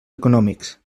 econòmics